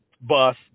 bus